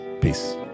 Peace